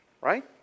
right